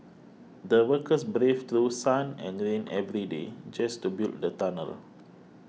the workers braved through sun and rain every day just to build the tunnel